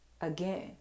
again